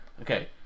okay